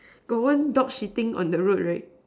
got one dog shitting on the road right